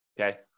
okay